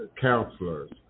counselors